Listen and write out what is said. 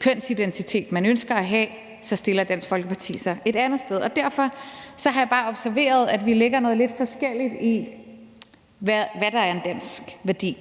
kønsidentitet, man ønsker at have, så stiller Dansk Folkeparti sig et andet sted. Derfor har jeg bare observeret, at vi lægger noget lidt forskelligt i, hvad der er en dansk værdi.